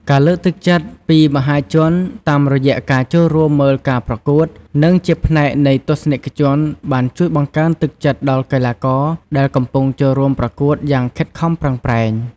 ការលើកទឹកចិត្តពីមហាជន តាមរយៈការចូលរួមមើលការប្រកួត និងជាផ្នែកនៃទស្សនិកជន បានជួយបង្កើនទឹកចិត្តដល់កីឡាករដែលកំពុងចូលរួមប្រកួតយ៉ាងខិតខំប្រឹងប្រែង។